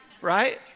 Right